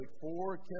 four